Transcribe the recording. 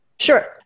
Sure